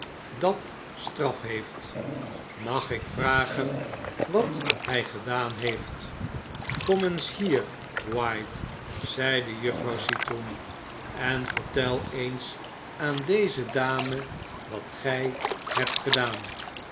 dat straf heeft mag ik vragen wat hy gedaan heeft kom eens hier white zei juffrouw citroen en vertel eens aan deze dame wat gy hebt gedaan